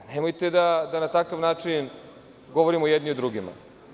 Nemojte da na takav način govorimo jedni o drugima.